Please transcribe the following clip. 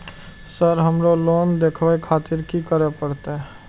Sir हमरो loan देखें खातिर की करें परतें?